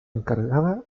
encargaba